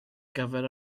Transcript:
gyfer